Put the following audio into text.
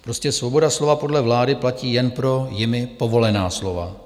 Prostě svoboda slova podle vlády platí jen pro jimi povolená slova.